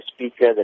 speaker